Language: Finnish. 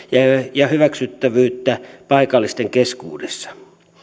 ja hyväksyttävyyttä paikallisten keskuudessa